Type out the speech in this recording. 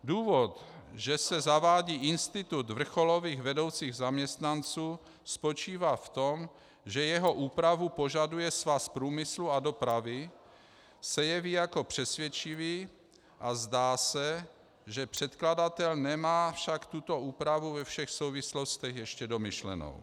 Důvod, že se zavádí institut vrcholových vedoucích zaměstnanců, spočívá v tom, že jeho úpravu požaduje Svaz průmyslu a dopravy, se jeví jako přesvědčivý a zdá se, že předkladatel nemá však tuto úpravu ve všech souvislostech ještě domyšlenu.